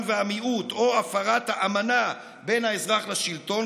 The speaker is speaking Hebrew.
והמיעוט או הפרת האמנה בין האזרח לשלטון,